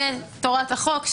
לתורת החוק,